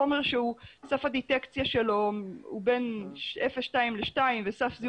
חומר שסוף הדיטקציה שלו הוא בין 0.2 ל-2 וסף...